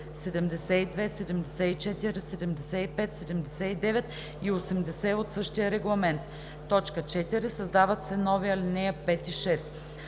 72, 74, 75, 79 и 80 от същия регламент.“ 4. Създават се нови ал. 5 и 6: